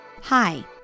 Hi